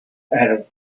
arab